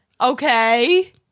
Okay